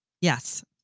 Yes